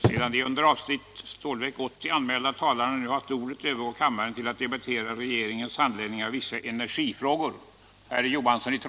Sedan de under avsnittet Stålverk 80 anmälda talarna nu haft ordet övergår kammaren till att debattera Regeringens handläggning av vissa energifrågor.